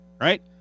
right